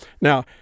Now